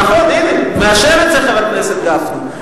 נכון, הנה, מאשר את זה חבר הכנסת גפני.